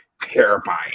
terrifying